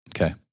Okay